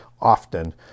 often